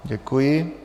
Děkuji.